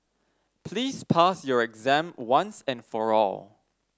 please pass your exam once and for all